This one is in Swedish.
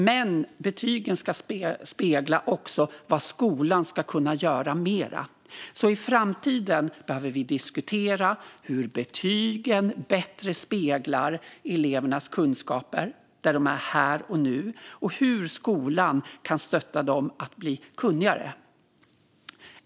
Men betygen ska också spegla vad mer skolan ska kunna göra. I framtiden behöver vi diskutera hur betygen bättre kan spegla elevernas kunskaper här och nu samt hur skolan kan stötta dem att bli kunnigare.